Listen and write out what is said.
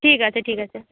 ঠিক আছে ঠিক আছে